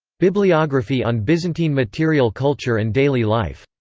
bibliography on byzantine material culture and daily life.